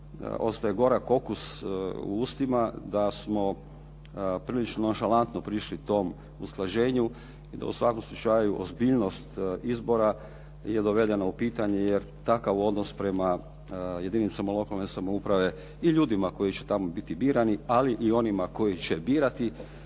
ostaje gorak okus u ustima, da smo prilično nonšalantno prišli tom usklađenju i da u svakom slučaju ozbiljnost izbora je doveden u pitanje, jer takav odnos prema jedinicama lokalne samouprave i ljudima koji će tamo biti birani, ali i onima koji će biti